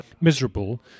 miserable